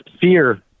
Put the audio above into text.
fear